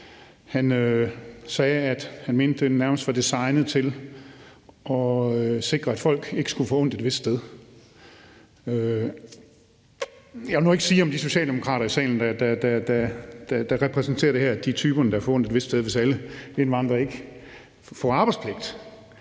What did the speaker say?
Han sagde, at han mente, det nærmest var designet til at sikre, at folk ikke skulle få ondt et vist sted. Jeg vil nu ikke sige, om det er Socialdemokraterne i salen, der repræsenterer det her, og at de er typerne, der får ondt et vist sted, hvis alle indvandrere ikke får arbejdspligt,